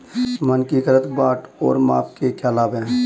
मानकीकृत बाट और माप के क्या लाभ हैं?